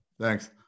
Thanks